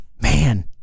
Man